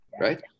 right